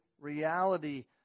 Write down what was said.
reality